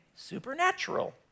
supernatural